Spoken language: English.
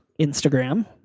Instagram